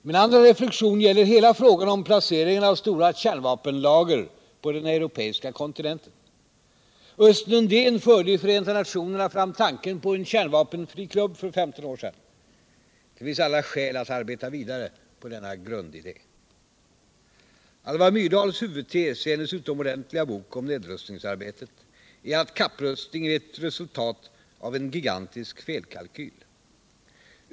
Min andra reflexion gäller hela frågan om placeringen av stora kärnvapenlager på den europeiska kontinenten. Östen Undén förde i Förenta nationerna fram tanken på en kärnvapenfri klubb för 15 år sedan. Det finns alla skäl att arbeta vidare på denna grundidé. Alva Myrdals huvudtes, i hennes utomordentliga bok om nedrustningsarbetet, är att kapprustningen är ett resultat av en gigantisk felkalkyl.